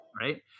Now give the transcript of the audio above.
Right